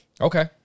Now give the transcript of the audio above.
Okay